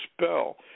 spell